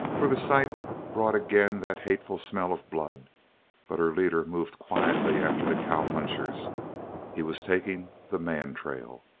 for the sight brought again that hateful smell of blood but her leader moved quietly after the cowpunchers he was taking the man-trail!